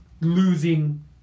losing